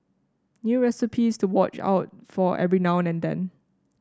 new recipes to watch out for every now and then